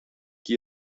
qui